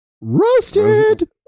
roasted